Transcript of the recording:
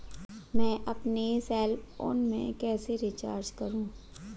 मैं अपने cell phone में रिचार्ज कैसे करूँ?